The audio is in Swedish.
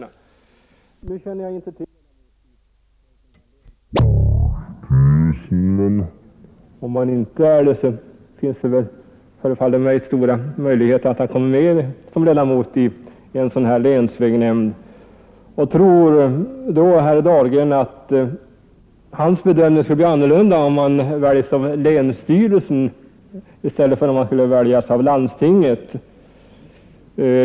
Jag känner inte till om herr Dahlgren är ledamot i länsstyrelsen, men om han inte är det förefaller det mig däremot finnas stora möjligheter att han kommer med som ledamot i en länsvägnämnd. Tror herr Dahlgren att hans bedömning skulle bli en annan om han skulle väljas av länsstyrelsen än om han skulle väljas av landstinget?